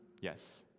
yes